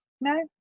No